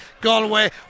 Galway